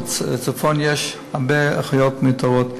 ובצפון יש הרבה אחיות מיותרות.